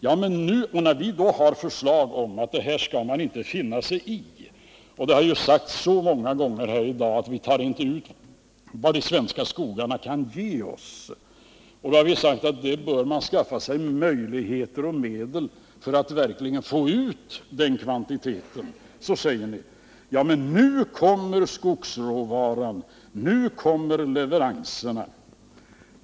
Vi har då fört fram förslag om att man inte skall finna sig i sådant. Det har sagts så många gånger här i dag att vi tar inte ut vad de svenska skogarna kan ge oss, och då har vi sagt att man bör skaffa sig medel för att verkligen få ut den kvantitet som finns att ta ut. Men, säger ni, nu kommer skogsråvaran. Nu kommer leveranserna.